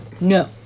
no